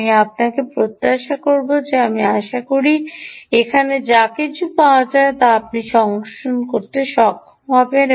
আমি আপনাকে প্রত্যাশা করব যে আমি আশা করি যে এখানে যা কিছু পাওয়া যায় তা আপনি সংশোধন করতে সক্ষম হবেন